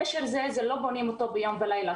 קשר לא בונים ביום ולילה.